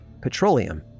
petroleum